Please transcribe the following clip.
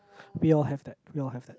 we all have that we all have that